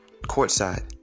courtside